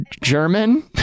German